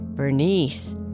Bernice